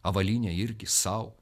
avalynė irgi sau